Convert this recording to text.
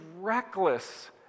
reckless